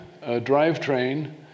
drivetrain